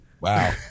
wow